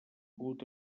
pogut